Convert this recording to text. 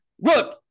Look